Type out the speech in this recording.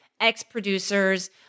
ex-producers